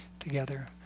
together